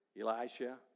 Elisha